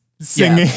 Singing